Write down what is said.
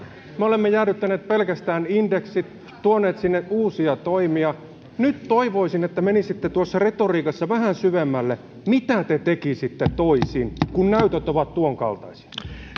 me olemme jäädyttäneet pelkästään indeksit tuoneet sinne uusia toimia nyt toivoisin että menisitte tuossa retoriikassa vähän syvemmälle mitä te tekisitte toisin kun näytöt ovat tuon kaltaisia